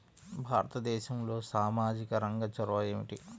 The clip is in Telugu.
భారతదేశంలో సామాజిక రంగ చొరవ ఏమిటి?